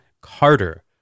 Carter